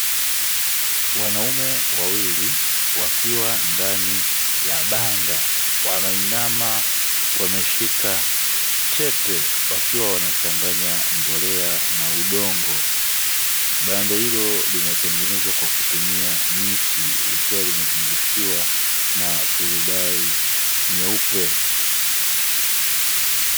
Wanaume wawili wakiwa ndani ya banda, wanainama wameshika chepe wakiwa wanachanganya mbolea na udongo. Banda hilo limetengenezwa kwa kutumia miti, likiwa limezungushiwa na turubai nyeupe.